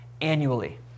annually